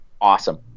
awesome